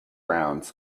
rounds